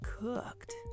cooked